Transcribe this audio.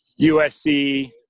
USC –